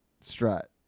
strut